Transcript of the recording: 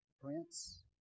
Prince